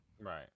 Right